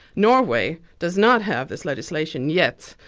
norway does not have this legislation yet,